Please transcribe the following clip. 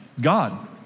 God